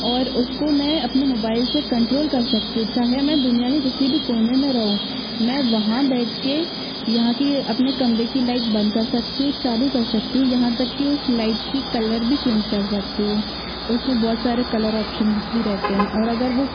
और उसको मैं अपने मोबाइल से कन्ट्रोल कर सकती हूँ चाहे मैं दुनिया के किसी भी कोने में रहूँ मैं वहाँ बैठ के यहाँ की अपने कमरे की लाइट बंद कर सकती हूँ चालू कर सकती हूँ यहाँ तक कि उस लाइट की कलर भी चेंज कर सकती हूँ उसमें बहुत सारे कलर ऑप्सन्स भी रहते हैं और अगर वो